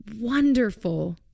wonderful